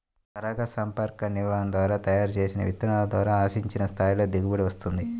పరాగసంపర్క నిర్వహణ ద్వారా తయారు చేసిన విత్తనాల ద్వారా ఆశించిన స్థాయిలో దిగుబడి వస్తుంది